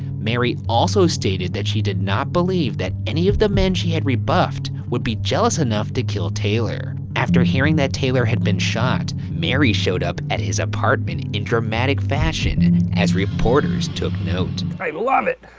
mary also stated that she did not believe that any of the men she had rebuffed would be jealous enough to kill taylor. after hearing that taylor had been shot, mary showed up at his apartment in dramatic fashion and as reporters took note. i love it!